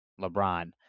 LeBron